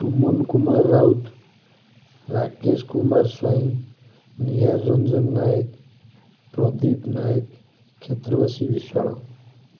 Suman Kumar Rout Rakesh Kumar Swain Nihar Ranjan Nayak Pradeep Nayak Kshetrabasi Biswal